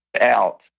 out